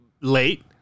late